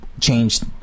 changed